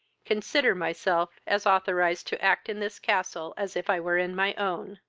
consider myself as authorised to act in this castle as if i were in my own.